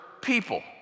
people